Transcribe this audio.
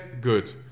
good